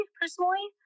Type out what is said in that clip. personally